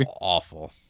awful